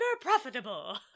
profitable